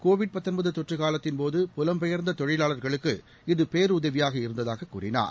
Covid தொற்று காலத்தின் போது புலம் பெயர்ந்த தொழிலாளர்களுக்கு இது பேருதவியாக இருந்ததாக கூறினார்